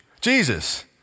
Jesus